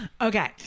Okay